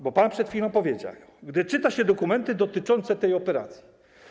Bo pan przed chwilą powiedział: gdy czyta się dokumenty dotyczące tej operacji.